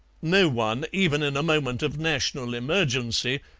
no one, even in a moment of national emergency,